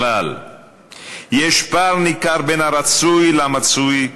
יש פער ניכר בין הרצוי למצוי.